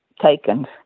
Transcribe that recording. taken